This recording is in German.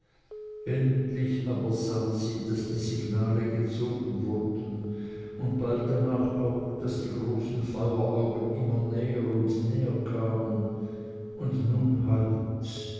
endlich aber sah sie daß die signale gezogen wurden und bald danach auch daß die großen feueraugen immer näher und näher kamen und nun halt